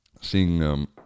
Seeing